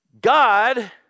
God